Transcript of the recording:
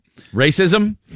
Racism